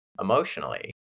emotionally